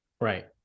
Right